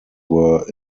were